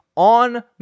on